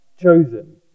chosen